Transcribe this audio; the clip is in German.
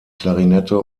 klarinette